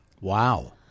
Wow